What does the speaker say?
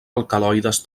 alcaloides